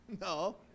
No